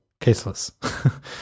caseless